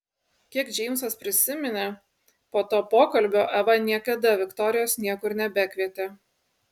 kiek džeimsas prisiminė po to pokalbio eva niekada viktorijos niekur nebekvietė